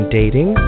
dating